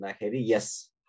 Yes